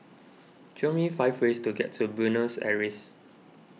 show me five ways to get to Buenos Aires